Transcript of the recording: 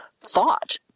thought